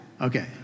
Okay